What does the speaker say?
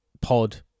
pod